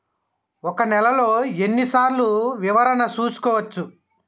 ఒక నెలలో ఎన్ని సార్లు వివరణ చూసుకోవచ్చు?